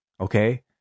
Okay